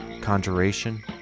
conjuration